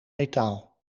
metaal